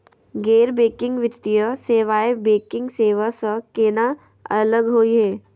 गैर बैंकिंग वित्तीय सेवाएं, बैंकिंग सेवा स केना अलग होई हे?